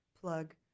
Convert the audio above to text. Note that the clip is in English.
plug